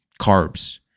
carbs